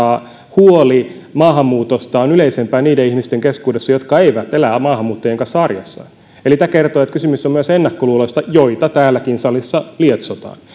huoli maahanmuutosta on yleisempää niiden ihmisten keskuudessa jotka eivät elä maahanmuuttajien kanssa arjessa eli tämä kertoo että kysymys on myös ennakkoluuloista joita täälläkin salissa lietsotaan